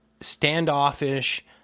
standoffish